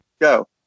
go